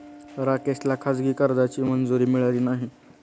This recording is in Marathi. राकेशला खाजगी कर्जाची मंजुरी मिळाली नाही